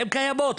הן קיימות,